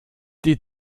die